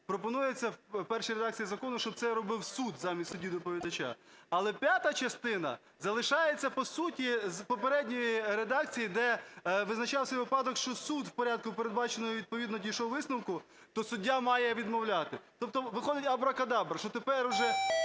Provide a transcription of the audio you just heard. пропонується в першій редакції закону, щоб це робив суд замість судді-доповідача. Але п'ята частина залишається, по суті, з попередньої редакції, де визначався випадок, що суд у порядку, передбаченому… відповідно дійшов висновку, то суддя має відмовляти. Тобто виходить абракадабра, що тепер уже